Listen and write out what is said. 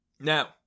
Now